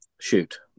Shoot